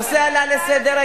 הנושא עלה לסדר-היום.